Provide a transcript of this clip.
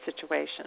situation